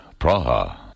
Praha